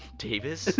davis?